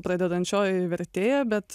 pradedančioji vertėja bet